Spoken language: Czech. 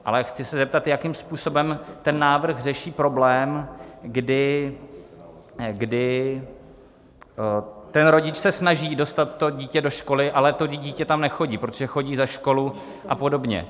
Ale chci se zeptat, jakým způsobem ten návrh řeší problém, kdy rodič se snaží dostat dítě do školy, ale dítě tam nechodí, protože chodí za školu a podobně.